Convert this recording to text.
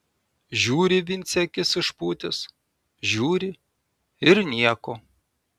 žiūri vincė akis išpūtęs žiūri ir nieko